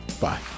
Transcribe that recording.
Bye